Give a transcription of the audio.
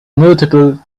multiple